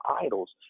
idols